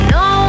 no